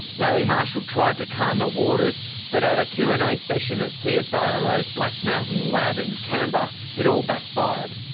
larry marshall tried to calm the waters but at a q and a session at so csiro's black mountain lab in canberra it all backfired.